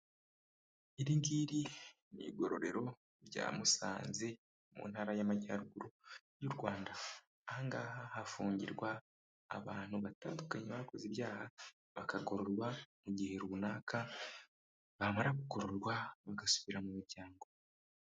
Iriringiri ni igororero rya musanze mu ntara y'amajyaruguru y'u rwanda ahangaha hafungirwa abantu batandukanye bakoze ibyaha bakagororwa mu gihe runaka bamara kugororwa bagasubira mu miryango.